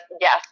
yes